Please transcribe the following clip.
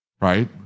Right